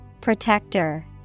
Protector